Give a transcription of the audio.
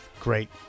Great